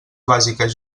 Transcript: bàsiques